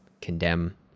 condemn